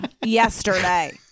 Yesterday